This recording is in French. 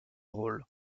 rôle